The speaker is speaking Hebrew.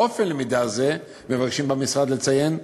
אופן למידה זה, מבקשים במשרד לציין,